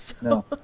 No